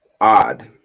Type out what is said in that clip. odd